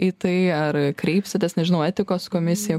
į tai ar kreipsitės nežinau etikos komisija